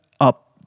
up